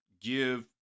give